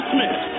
Smith